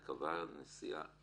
בית המשפט קבעה שיש